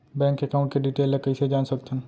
Bank account के detail ल कइसे जान सकथन?